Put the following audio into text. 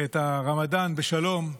את הרמדאן בשלום,